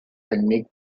technique